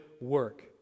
work